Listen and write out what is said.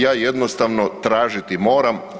Ja jednostavno tražiti moram.